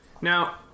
Now